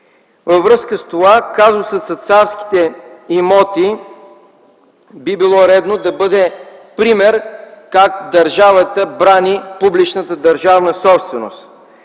Във връзка с това, казусът с царските имоти би било редно да бъде пример как държавата да брани публичната държавна собственост.